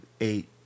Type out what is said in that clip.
eight